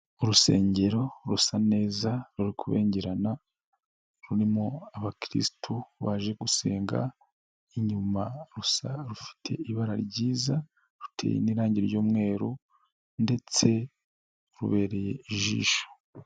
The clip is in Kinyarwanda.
Urusengero rusa neza ruri kubengerana, rurimo abakirisitu baje gusenga, inyuma, rusa rufite ibara ryiza, ruteye n'irangi ryumweru ndetse rubereye ijisho.